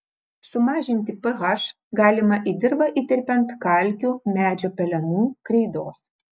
sumažinti ph galima į dirvą įterpiant kalkių medžio pelenų kreidos